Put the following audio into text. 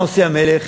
מה עושה המלך,